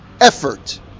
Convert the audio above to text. effort